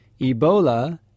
Ebola